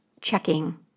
checking